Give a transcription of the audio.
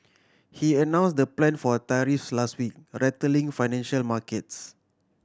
he announce the plan for tariffs last week rattling financial markets